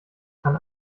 kann